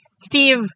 Steve